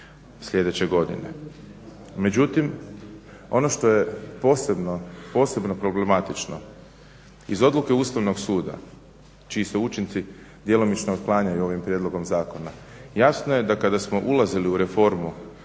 sljedeće godine. Međutim, ono što je posebno, posebno problematično iz odluke Ustavnog suda čiji se učinci djelomično otklanjaju ovim prijedlogom zakona. Jasno je da kada smo ulazili u reformu